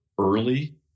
early